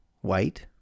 white